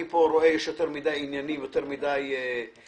אני רואה שיש כאן יותר מדי עניינים ויותר מדי שאלות,